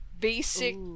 Basic